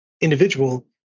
individual